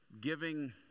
Giving